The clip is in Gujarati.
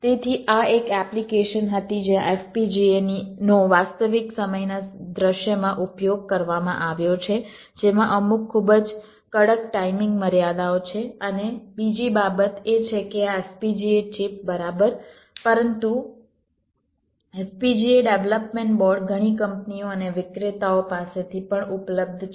તેથી આ એક એપ્લિકેશન હતી જ્યાં FPGAનો વાસ્તવિક સમયના દૃશ્યમાં ઉપયોગ કરવામાં આવ્યો છે જેમાં અમુક ખૂબ જ કડક ટાઇમિંગ મર્યાદાઓ છે અને બીજી બાબત એ છે કે આ FPGA ચિપ બરાબર પરંતુ FPGA ડેવલપમેન્ટ બોર્ડ ઘણી કંપનીઓ અને વિક્રેતાઓ પાસેથી પણ ઉપલબ્ધ છે